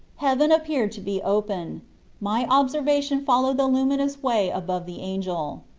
heaven appeared to be open my observation followed the lumin ous way above the angel.